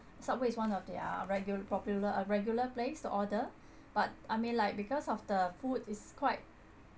subway is one of their regul~ popular uh regular place to order but I mean like because of the food is quite